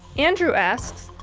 andrew asks,